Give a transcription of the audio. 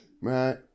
Right